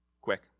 quick